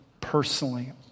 personally